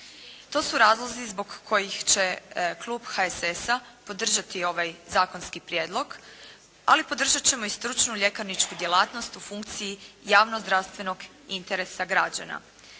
To su razlozi zbog kojih će klub HSS-a podržati ovaj zakonski prijedlog ali podržat ćemo i stručnu ljekarničku djelatnost u funkciji javno-zdravstvenog interesa građana.